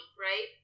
right